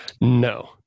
No